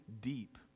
deep